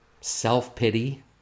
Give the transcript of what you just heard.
self-pity